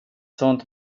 sånt